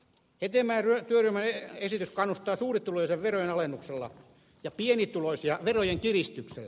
hetemäen työryhmän esitys kannustaa suurituloisia verojen alennuksella ja pienituloisia verojen kiristyksellä